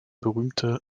berühmte